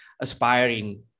aspiring